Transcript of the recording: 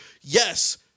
yes